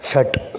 षट्